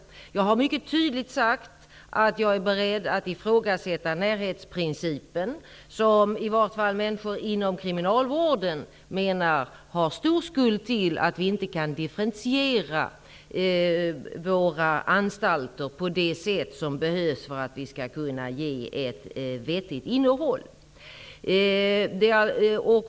Jag har också mycket tydligt sagt att jag är beredd att ifrågasätta närhetsprincipen, som i varje fall människor inom kriminalvården menar har stor skuld till att vi inte kan differentiera våra anstalter på det sätt som behövs för att vi skall kunna ge ett vettigt innehåll.